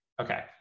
Okay